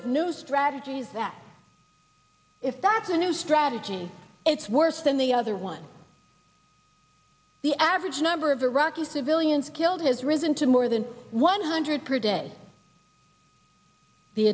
of new strategy is that if that's the new strategy it's worse than the other one the average number of iraqi civilians killed has risen to more than one hundred per day the